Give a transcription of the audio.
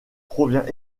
provient